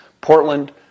Portland